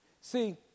See